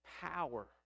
power